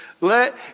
Let